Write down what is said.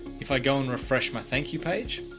if i go and refresh my thank you page,